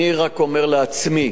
אני רק אומר לעצמי,